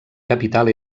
capital